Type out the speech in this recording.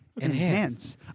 Enhance